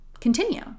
continue